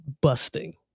busting